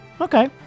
Okay